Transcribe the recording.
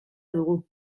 dugu